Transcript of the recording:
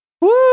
woo